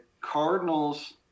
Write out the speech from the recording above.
Cardinals